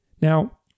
Now